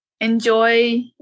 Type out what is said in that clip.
enjoy